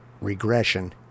regression